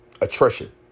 attrition